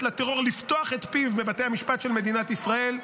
לטרור לפתוח את פיו בבתי המשפט של מדינת ישראל.